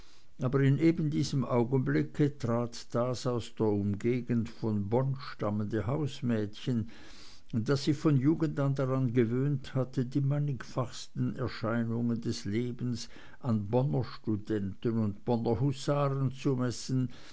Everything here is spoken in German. aber in ebendiesem augenblicke trat das aus der umgegend von bonn stammende hausmädchen das sich von jugend an daran gewöhnt hatte die mannigfachsten erscheinungen des lebens an bonner studenten und bonner husaren zu messen